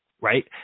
Right